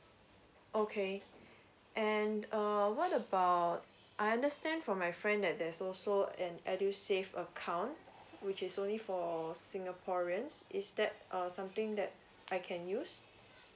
okay and um what about I understand from my friend that there's also an edusave account which is only for singaporeans is that or something that I can use